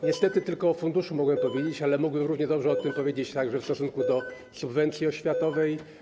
Niestety tylko o funduszu mogłem powiedzieć, ale mógłbym równie dobrze o tym powiedzieć w stosunku do subwencji oświatowej.